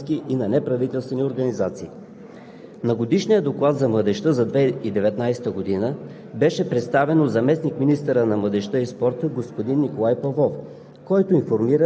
и господин Слави Пачалов, господин Николай Павлов, заместник-министър на младежта и спорта, представители на съсловните организации в сферата на здравеопазването, на пациентските и на неправителствените организации.